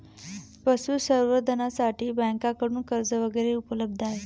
पशुसंवर्धनासाठी बँकांकडून कर्ज वगैरेही उपलब्ध आहे